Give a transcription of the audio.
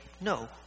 no